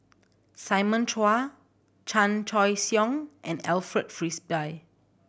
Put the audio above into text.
Simon Chua Chan Choy Siong and Alfred Frisby